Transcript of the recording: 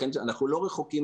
לכן אנחנו לא רחוקים